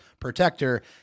protector